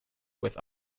with